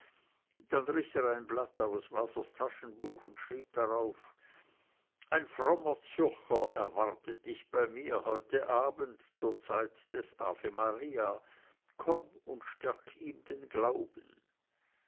dann riß er ein blatt aus wasers taschenbuche und schrieb darauf ein frommer zürcher erwartet dich bei mir heute abend zur zeit des ave maria komm und stärk ihm den glauben